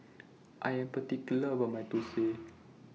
I Am particular about My Thosai